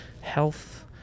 health